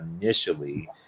initially